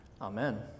Amen